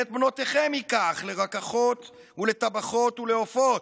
ואת בנותיכם יקח לרַקָחוֹת וּלְטַבָּחוֹת וּלְאֹפוֹת.